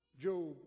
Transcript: Job